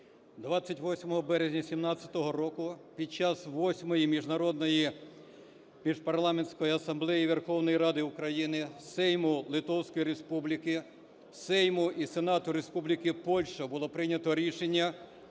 28 березня 17-го року під час Восьмої міжнародної міжпарламентської асамблеї Верховної Ради України, Сейму Литовської Республіки, Сейму і Сенату Республіки Польща було прийнято рішення